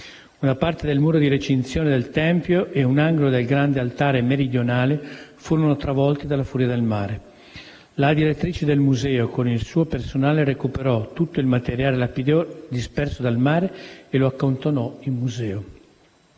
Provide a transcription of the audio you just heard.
una parte del muro di recinzione del tempio e un angolo del grande altare meridionale furono travolti dalla furia del mare. La direttrice del Museo con il suo personale recuperò tutto il materiale lapideo disperso dal mare e lo accantonò in Museo.